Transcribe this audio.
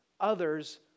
others